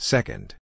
Second